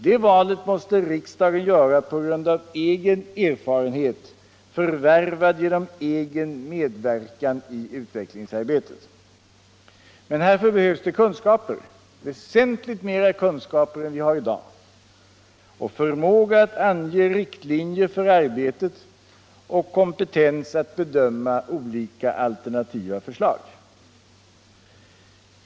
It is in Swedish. Det valet måste riksdagen göra på grund av egen erfarenhet, förvärvad genom egen medverkan i utvecklingsarbetet. Men härför behövs kunskaper — väsentligt mera kunskaper än vi har i dag —, förmåga att ange riktlinjer för arbetet och kompetens att bedöma olika förslag.